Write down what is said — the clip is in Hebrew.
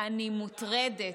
אני מוטרדת,